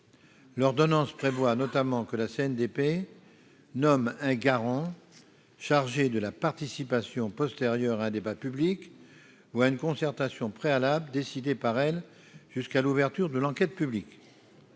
L'ordonnance prévoit notamment que la CNDP nomme un garant, chargé de la participation postérieure à un débat public ou à une concertation préalable décidée par elle jusqu'à l'ouverture de l'enquête publique.